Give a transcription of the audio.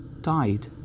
died